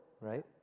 right